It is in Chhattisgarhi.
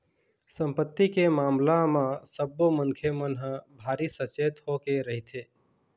संपत्ति के मामला म सब्बो मनखे मन ह भारी सचेत होके रहिथे